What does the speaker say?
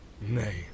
Nay